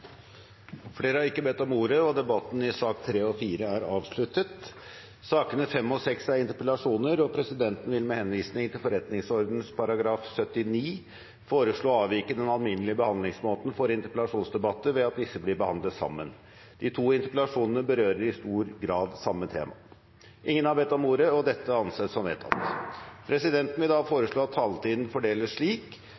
Flere har ikke bedt om ordet til sakene nr. 3 og 4. Sakene nr. 5 og 6 er interpellasjoner, og presidenten vil med henvisning til forretningsordenens § 79 foreslå å avvike den alminnelige behandlingsmåten for interpellasjonsdebatter ved at disse blir behandlet sammen. De to interpellasjonene berører i stor grad samme tema. – Ingen har bedt om ordet, og det anses vedtatt. Presidenten vil